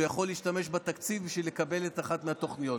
והוא יכול להשתמש בתקציב בשביל לקבל אחת מהתוכניות.